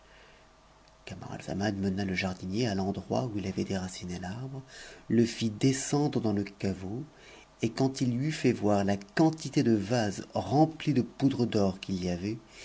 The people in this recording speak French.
camaralzaman mena le jardinier à l'endroit où il avait déraciné l'arbre fh descendre dans le caveau et quand il lui eut fait voir la quantité c vases remplis de poudre d'or qu'il y avait